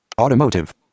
Automotive